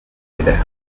sévères